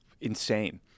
insane